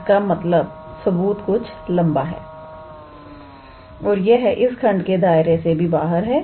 इसका सबूत कुछ लंबा है और यह इस खंड के दायरे से भी बाहर है